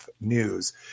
news